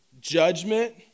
judgment